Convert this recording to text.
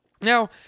Now